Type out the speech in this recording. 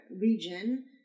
region